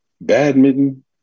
badminton